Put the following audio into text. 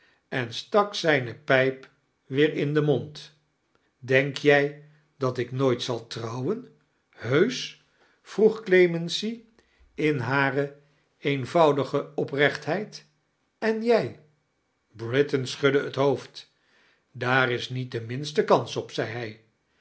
en stak zijne pijp weer in den mond denk jij dat ik nooit zal ttrouwen heusch vroeg clemency in hare eenvoudige oprechtheid en jij britain schudde het hoofd daar is niet de minste kanis op zei hi